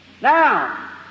Now